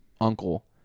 uncle